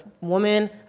woman